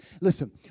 Listen